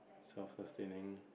self